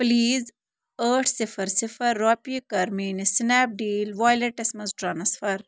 please ٲٹھ صِفر صِفر رۄپیہِ کَر میٛٲنِس سٕنیپ ڈیٖل والٮ۪ٹَس مَنٛز ٹرٛانسفَر